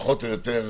פחות או יותר,